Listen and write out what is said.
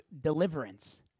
deliverance